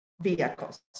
vehicles